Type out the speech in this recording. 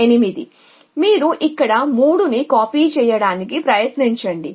కాబట్టి మీరు ఇక్కడ 3 ని కాపీ చేయడానికి ప్రయత్నించండి